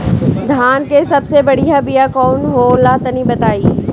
धान के सबसे बढ़िया बिया कौन हो ला तनि बाताई?